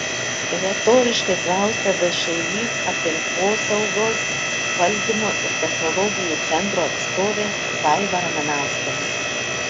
retoriškai klausia všį aplinkosaugos valdymo ir technologijų centro atstovė vaiva ramanauskienė